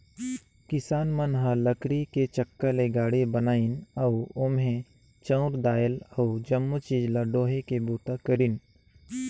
किसान मन ह लकरी के चक्का ले गाड़ी बनाइन अउ ओम्हे चाँउर दायल अउ जमो चीज ल डोहे के बूता करिन